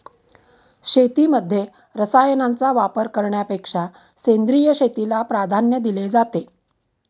शेतीमध्ये रसायनांचा वापर करण्यापेक्षा सेंद्रिय शेतीला प्राधान्य दिले जाते